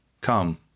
Come